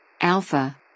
Alpha